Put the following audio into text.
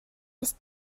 ist